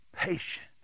Patience